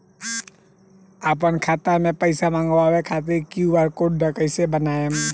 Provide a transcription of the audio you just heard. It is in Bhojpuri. आपन खाता मे पैसा मँगबावे खातिर क्यू.आर कोड कैसे बनाएम?